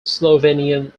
slovenian